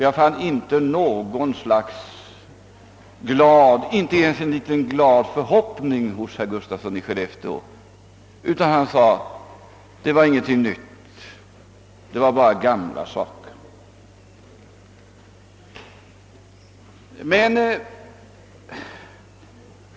Jag fann inte ens någon liten glad förhoppning hos herr Gustafsson i Skellefteå; han sade att detta inte innebar någonting nytt, det var bara gamla saker.